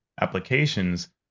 applications